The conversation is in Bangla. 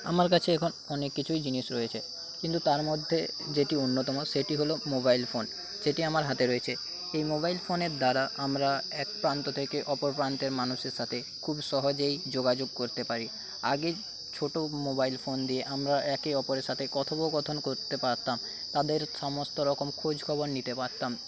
আমার কাছে এখন অনেক কিছুই জিনিস রয়েছে কিন্তু তার মধ্যে যেটি অন্যতম সেটি হল মোবাইল ফোন যেটি আমার হাতে রয়েছে এই মোবাইল ফোনের দ্বারা আমরা এক প্রান্ত থেকে অপর প্রান্তের মানুষের সাথে খুব সহজেই যোগাযোগ করতে পারি আগে ছোটো মোবাইল ফোন দিয়ে আমরা একে অপরের সাথে কথোপকথন করতে পারতাম তাদের সমস্ত রকম খোঁজ খবর নিতে পারতাম